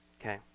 Okay